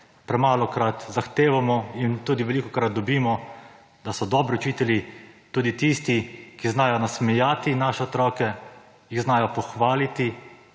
premalokrat zahtevamo in tudi velikokrat dobimo, da so dobri učitelji tudi tisti, ki znajo nasmejati naše otroke, jih znajo pohvaliti